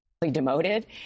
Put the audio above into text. demoted